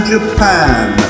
Japan